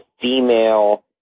female